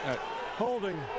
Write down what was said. Holding